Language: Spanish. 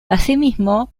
asimismo